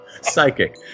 psychic